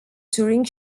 touring